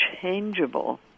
changeable